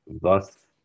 thus